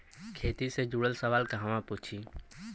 खेती से जुड़ल सवाल कहवा पूछी?